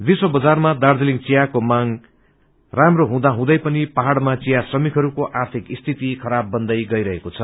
विश्व बजारमा दार्जीलिङ चियाको राम्रो मांग हुँदा हुँदै पनि पहाउमा चिा श्रमिकहरूको आर्थिक स्थिति खबराब बन्दै गईरहेको छ